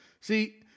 See